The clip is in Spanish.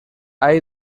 hay